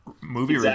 movie